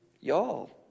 y'all